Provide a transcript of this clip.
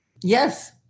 Yes